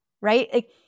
right